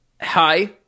Hi